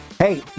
Hey